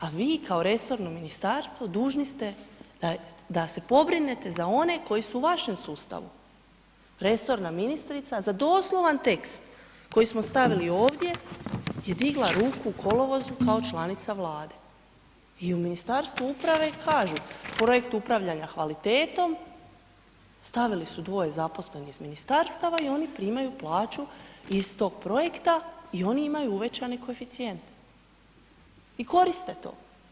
A vi, kao resorno ministarstvo dužni ste da se pobrinete za oni koji su u vašem sustavu, resorna ministrica, za doslovan tekst koji smo stavili ovdje je digla ruku u kolovozu kao članica Vlade i u Ministarstvu uprave i kaže, projekt upravljanja kvalitetom, stavili su dvoje zaposlenih iz ministarstava i oni primaju plaću iz tog projekta i oni imaju uvećani koeficijent i koriste to.